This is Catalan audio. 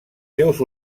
seus